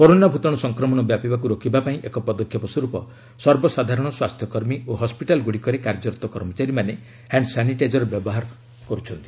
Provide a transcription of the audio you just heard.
corona ଭୂତାଣୁ ସଂକ୍ରମଣ ବ୍ୟାପିବାକୁ ରୋକିବା ପାଇଁ ଏକ ପଦକ୍ଷେପ ସ୍ୱର୍ପ ସର୍ବସାଧାରଣ ସ୍ୱାସ୍ଥ୍ୟକର୍ମୀ ଓ ହୱିଟାଲଗୁଡ଼ିକରେ କାର୍ଯ୍ୟରତ କର୍ମଚାରୀମାନେ ହ୍ୟାଣ୍ଡ ସାନିଟାଇଜର ବ୍ୟବହାର କରୁଛନ୍ତି